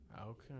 Okay